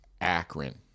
Akron